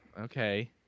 Okay